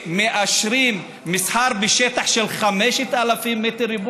שמאשרים מסחר בשטח של 5,000 מ"ר.